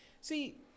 See